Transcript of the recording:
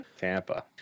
Tampa